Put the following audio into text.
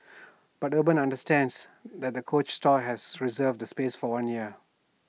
but urban understands that the coach store has reserved the space for one year